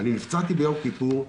נפצעתי במלחמת יום כיפור.